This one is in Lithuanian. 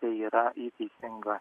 yra teisinga